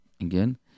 again